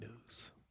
news